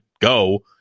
go